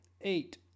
Eight